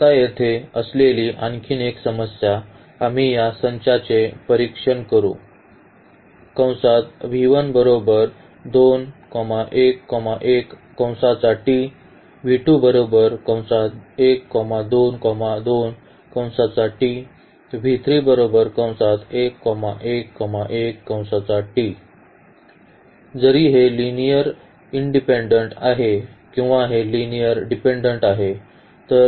तर आता येथे असलेली आणखी एक समस्या आम्ही या संचाचे परीक्षण करू जरी हे लिनिअर्ली इंडिपेन्डेन्ट आहे किंवा हे लिनिअर्ली डिपेन्डेन्ट आहे